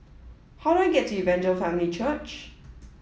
how I get to Evangel Family Church